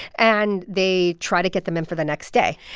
and they try to get them in for the next day.